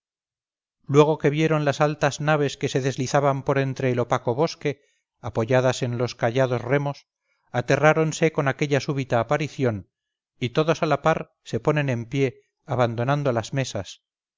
luego que vieron las altas naves que se deslizaban por entre el opaco bosque apoyadas en lo callados remos aterráronse con aquella súbita aparición y todos a la par se ponen en pie abandonando las mesas